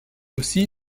aussi